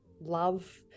love